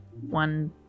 one